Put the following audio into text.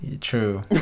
true